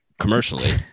commercially